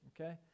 okay